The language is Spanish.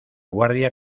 guardia